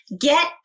get